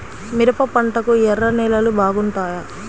మిరప పంటకు ఎర్ర నేలలు బాగుంటాయా?